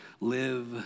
live